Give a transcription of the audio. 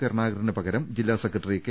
കരുണാകരന് പകരം ജില്ലാ secretary K